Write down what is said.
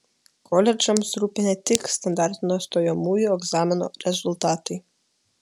koledžams rūpi ne tik standartinio stojamųjų egzamino rezultatai